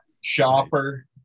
Shopper